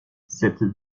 cette